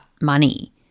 money